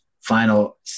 final